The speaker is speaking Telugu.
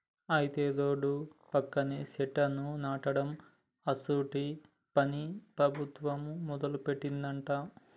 అయితే రోడ్ల పక్కన సెట్లను నాటడం అసోంటి పనిని ప్రభుత్వం మొదలుపెట్టిందట